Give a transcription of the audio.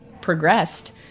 progressed